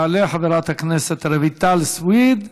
תעלה חברת הכנסת רויטל סויד,